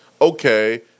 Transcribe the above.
okay